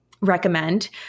recommend